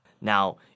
Now